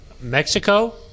Mexico